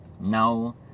Now